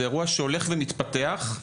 זה אירוע שהולך ומתפתח,